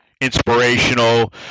inspirational